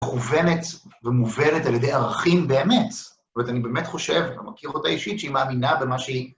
מכוונת ומובלת על ידי ערכים באמת. זאת אומרת, אני באמת חושב, אני מכיר אותה אישית, שהיא מאמינה במה שהיא...